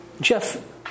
Jeff